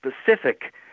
specific